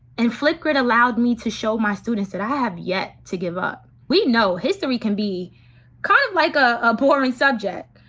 and flipgrid allowed me to show my students that i have yet to give up. we know history can be kind of like a ah boring subject.